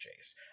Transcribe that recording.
jace